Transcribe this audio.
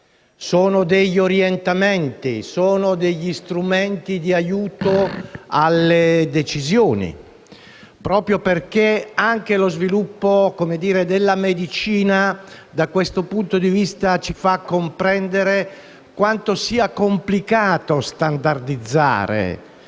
degli orientamenti, degli strumenti di aiuto alle decisioni, proprio perché anche lo sviluppo della medicina da questo punto di vista ci fa comprendere quanto sia complicato, su situazioni